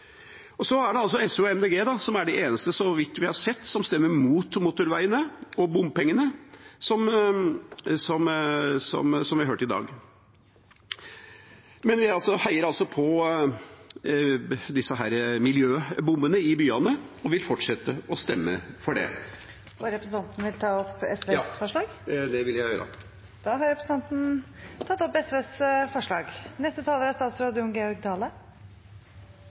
skrinlagt. Så alvorlig har denne utviklingen blitt, og jeg er alvorlig bekymret, ikke minst for byvekstavtalene og bymiljøpakkene. Det er altså SV og Miljøpartiet De Grønne som – så vidt vi har sett – er de eneste som stemmer imot motorveiene og bompengene, som vi hørte i dag. Men vi heier altså på miljøbommene i byene og vil fortsette å stemme for dem. Vil representanten ta opp forslag? Ja, det vil jeg. Representanten Arne Nævra har tatt opp det forslaget han refererte til. Dette er